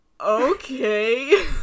okay